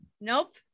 Nope